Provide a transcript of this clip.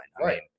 Right